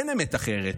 אין אמת אחרת.